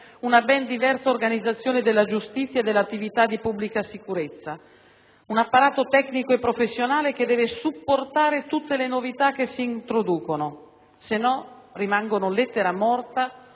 una ben diversa organizzazione della giustizia e dell'attività di pubblica sicurezza, un apparato tecnico e professionale che deve supportare tutte le novità che si introducono, sennò rimangono lettera morta